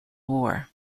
war